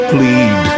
Plead